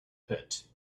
pit